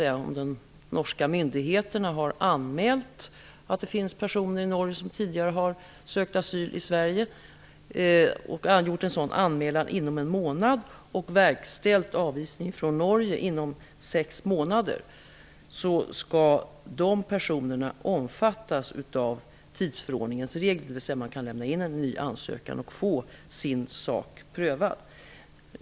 Detta gäller de fall då de norska myndigheterna inom en månad har anmält att det finns personer i Norge som tidigare har sökt asyl i Sverige och verkställt avvisning från Norge inom sex månader. Dessa personer kan alltså lämna in en ny ansökan och få sin sak prövad.